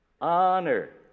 Honor